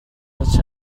was